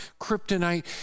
kryptonite